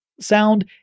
Sound